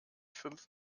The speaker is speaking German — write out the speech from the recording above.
fünf